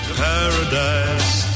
paradise